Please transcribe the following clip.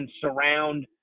surround